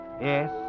Yes